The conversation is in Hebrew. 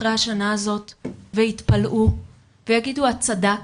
אחרי השנה הזאת ויתפלאו ויגידו 'את צדקת',